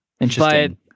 interesting